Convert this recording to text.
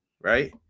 right